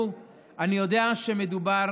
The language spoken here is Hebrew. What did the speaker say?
אני יודע שמדובר